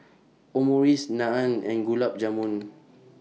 Omurice Naan and Gulab Jamun